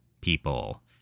people